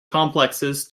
complexes